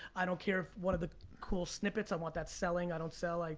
i don't care if one of the cool snippets, i want that selling. i don't sell. like